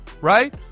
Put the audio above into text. right